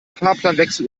fahrplanwechsel